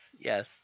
yes